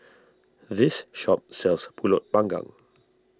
this shop sells Pulut Panggang